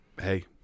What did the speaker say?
hey